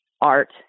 Art